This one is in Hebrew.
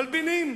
מלבינים.